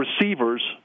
receivers